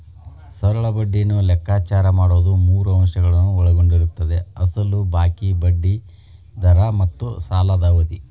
ಸರಳ ಬಡ್ಡಿಯನ್ನು ಲೆಕ್ಕಾಚಾರ ಮಾಡುವುದು ಮೂರು ಅಂಶಗಳನ್ನು ಒಳಗೊಂಡಿರುತ್ತದೆ ಅಸಲು ಬಾಕಿ, ಬಡ್ಡಿ ದರ ಮತ್ತು ಸಾಲದ ಅವಧಿ